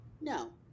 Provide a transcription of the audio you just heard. no